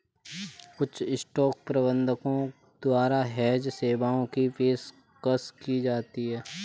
कुछ स्टॉक प्रबंधकों द्वारा हेज सेवाओं की पेशकश की जाती हैं